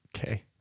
Okay